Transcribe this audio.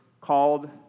called